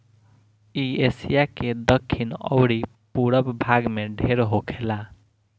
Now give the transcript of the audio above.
इ एशिया के दखिन अउरी पूरब भाग में ढेर होखेला